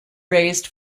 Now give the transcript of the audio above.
raised